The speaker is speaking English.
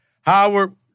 Howard